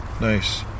Nice